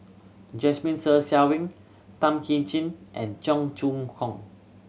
Jasmine Ser Xiang Wei Tan Kim Ching and Cheong Choong Hong